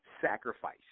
sacrifice